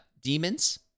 demons